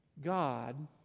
God